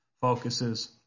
focuses